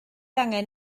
angen